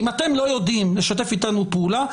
אם אתם לא יודעים לשתף איתנו פעולה,